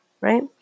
right